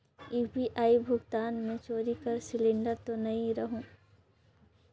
UPI भुगतान मे चोरी कर सिलिंडर तो नइ रहु?